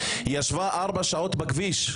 ישבה ארבע שעות בכביש.